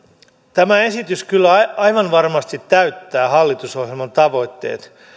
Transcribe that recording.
tämä esitys kyllä aivan varmasti täyttää hallitusohjelman tavoitteet